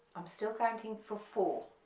i'm still counting for four